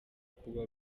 kuba